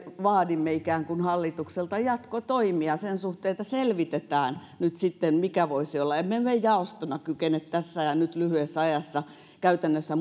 vaadimme ikään kuin hallitukselta jatkotoimia sen suhteen että selvitetään nyt sitten mikä voisi olla emme me jaostona kykene tässä ja nyt lyhyessä ajassa käytännössä